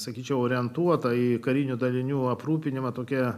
sakyčiau orientuota į karinių dalinių aprūpinimą tokia